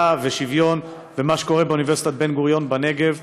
ושוויון ומה שקורה באוניברסיטת בן-גוריון בנגב.